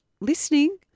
listening